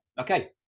okay